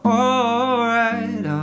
alright